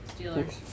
Steelers